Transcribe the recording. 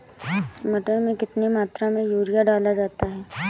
मटर में कितनी मात्रा में यूरिया डाला जाता है?